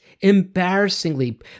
embarrassingly